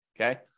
okay